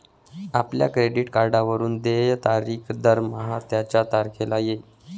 आपल्या क्रेडिट कार्डवरून देय तारीख दरमहा त्याच तारखेला येईल